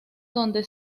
donde